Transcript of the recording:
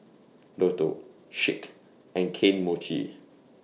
Lotto Schick and Kane Mochi